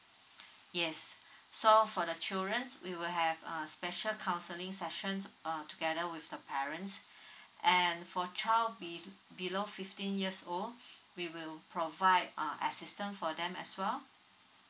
yes so for the children we will have uh special counseling sessions uh together with the parents and for child be~ below fifteen years old we will provide uh assistance for them as well